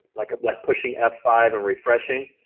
like like pushing f five and refreshing.